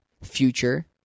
Future